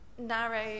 narrow